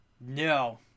no